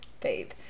babe